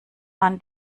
man